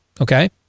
okay